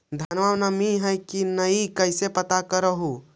धनमा मे नमी है की न ई कैसे पात्र कर हू?